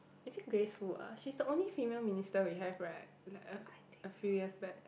actually Grace-Fu ah she's the only female minister we have right like a a few years back